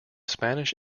spanish